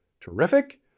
terrific